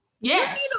yes